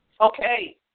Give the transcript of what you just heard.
Okay